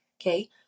Okay